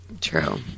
True